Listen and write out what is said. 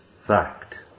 fact